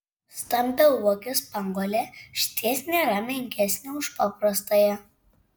stambiauogė spanguolė išties nėra menkesnė už paprastąją